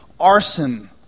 arson